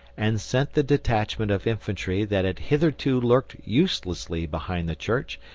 and sent the detachment of infantry that had hitherto lurked uselessly behind the church,